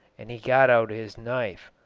and he got out his knife.